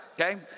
Okay